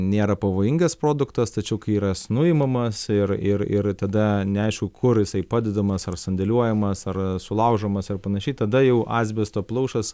nėra pavojingas produktas tačiau kai yra nuimamas ir ir ir tada neaišku kur jisai padedamas ar sandėliuojamas ar sulaužomas ar panašiai tada jau asbesto plaušas